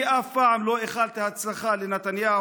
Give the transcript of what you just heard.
אני אף פעם לא איחלתי הצלחה לנתניהו.